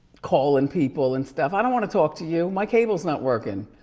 calling people and stuff. i don't wanna talk to you, my cable's not working.